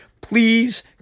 please